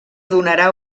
donarà